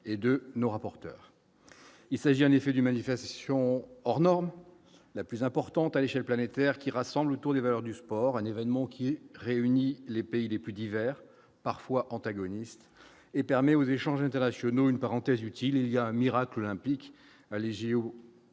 et de nos rapporteurs : il s'agit en effet du manifestation hors norme, la plus importante à l'échelle planétaire qui rassemble autour des valeurs du sport, un événement qui réunit les pays les plus divers, parfois antagonistes et permet aux échanges internationaux une parenthèse utile il y a un miracle olympique les